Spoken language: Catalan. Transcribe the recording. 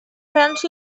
grans